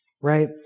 right